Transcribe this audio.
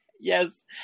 Yes